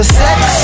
sex